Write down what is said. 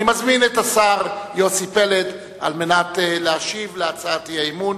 אני מזמין את השר יוסי פלד על מנת להשיב להצעת האי-אמון,